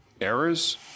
errors